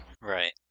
Right